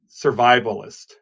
survivalist